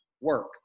work